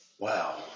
Wow